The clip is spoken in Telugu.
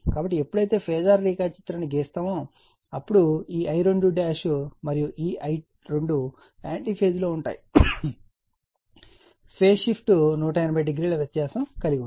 కాబట్టి ఎప్పుడైతే ఫేజార్ రేఖాచిత్రాన్ని గీస్తామో అప్పుడు ఈ I2మరియు ఈ I2 యాంటీ ఫేజ్ లో ఉంటుంది ఇది ఫేజ్ షిఫ్ట్ 180 డిగ్రీల వ్యత్యాసం కలిగి ఉంటుంది